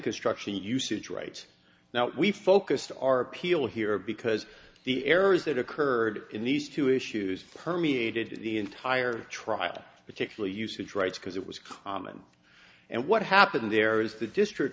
construction usage right now we focused our appeal here because the errors that occurred in these two issues permeated the entire trial particularly usage rights because it was common and what happened there is the district